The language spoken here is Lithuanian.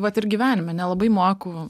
vat ir gyvenime nelabai moku